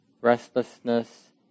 restlessness